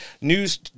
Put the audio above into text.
news